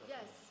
Yes